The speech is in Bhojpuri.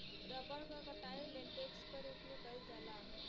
रबर क कटाई लेटेक्स क रूप में कइल जाला